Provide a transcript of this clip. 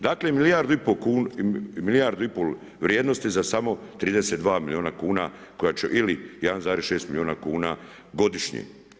Dakle milijardu i pol vrijednosti za samo 32 milijuna kuna koja će ili 1,6 milijuna kuna godišnje.